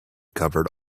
covered